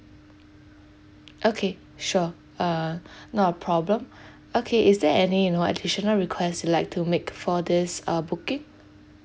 okay sure uh not a problem okay is there any you know additional requests you'd like to make for this uh booking